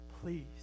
please